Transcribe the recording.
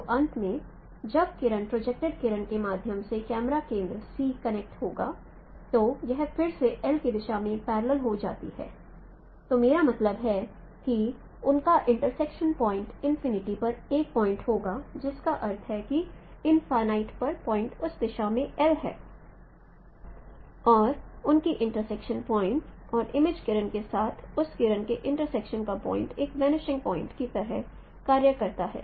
और अंत में जब किरण प्रोजैक्ट्ड किरण के माध्यम से कैमरा केंद्र C कनेक्ट होता है तो यह फिर से L की दिशा के पैरलेल हो जाती है तो मेरा मतलब है कि उनका इंटर्सक्शन पॉइंट इनफिनिटी पर एक पॉइंट होगा जिसका अर्थ है कि इन्फाईनाइट पर पॉइंट उस दिशा में L है और उनकी इंटर्सक्शन पॉइंट और इमेज किरण के साथ उस किरण के इंटर्सक्शन का पॉइंट एक वनिशिंग पॉइंट की तरह कार्य करता है